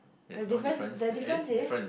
the difference the difference is